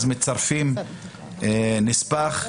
מצרפים נספח לנאשם: